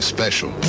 special